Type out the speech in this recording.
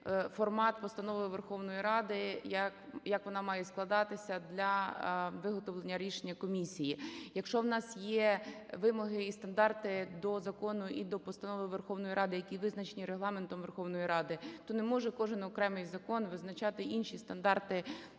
формат постанови Верховної Ради, як вона має складатися для виготовлення рішення комісії. Якщо у нас є вимоги і стандарти до закону і до постанови Верховної Ради, які визначені Регламентом Верховної Ради, то не може кожен окремий закон визначати інші стандарти